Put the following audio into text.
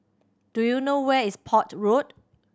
do you know where is Port Road